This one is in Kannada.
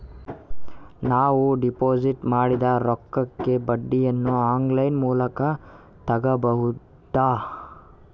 ನಾವು ಡಿಪಾಜಿಟ್ ಮಾಡಿದ ರೊಕ್ಕಕ್ಕೆ ಬಡ್ಡಿಯನ್ನ ಆನ್ ಲೈನ್ ಮೂಲಕ ತಗಬಹುದಾ?